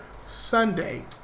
Sunday